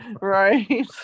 Right